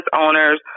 owners